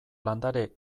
landare